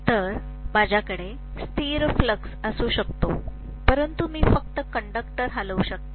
तर माझ्याकडे स्थिर फ्लक्स असू शकतो परंतु आपण फक्त कंडक्टर हलवू शकतो